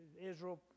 Israel